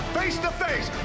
face-to-face